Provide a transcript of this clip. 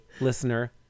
listener